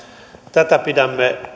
tätä pidämme tämän lain osalta ehkä